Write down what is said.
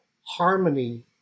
harmony